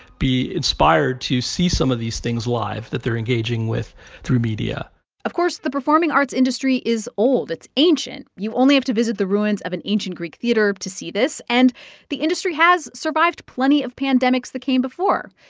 be inspired to see some of these things live that they're engaging with through media of course, the performing arts industry is old. it's ancient. you only have to visit the ruins of an ancient greek theater to see this. and the industry has survived plenty of pandemics that came before.